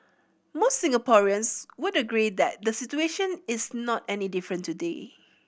most Singaporeans would agree that the situation is not any different today